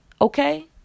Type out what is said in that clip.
Okay